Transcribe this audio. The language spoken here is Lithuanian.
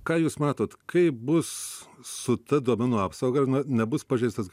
ką jūs matot kaip bus su ta duomenų apsauga ar na nebus pažeistas